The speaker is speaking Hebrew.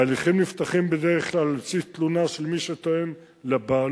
ההליכים נפתחים בדרך כלל על בסיס תלונה של מי שטוען לבעלות,